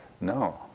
No